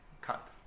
cut